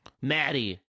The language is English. Maddie